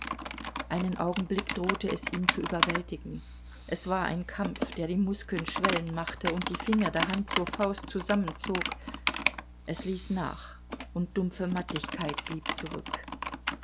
einen augenblick drohte es ihn zu überwältigen es war ein krampf der die muskeln schwellen machte und die finger der hand zur faust zusammenzog es ließ nach und dumpfe mattigkeit blieb zurück